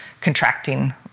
contracting